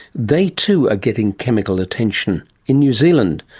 they too are getting chemical attention in new zealand.